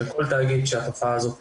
בכל תאגיד שהתופעה הזאת קורית,